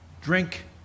drink